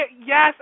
Yes